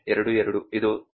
66 minus 0